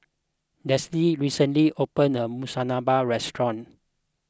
Delsie recently opened a new Monsunabe restaurant